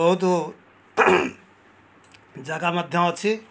ବହୁତୁ ଜାଗା ମଧ୍ୟ ଅଛି